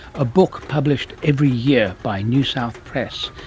a book published every year by new south press.